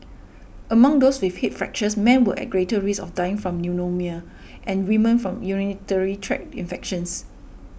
among those with hip fractures men were at greater risk of dying from pneumonia and women from urinary tract infections